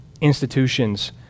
institutions